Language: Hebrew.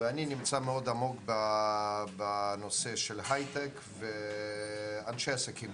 ואני נמצא מאוד עמוק בנושא של ההייטק, אנשי העסקים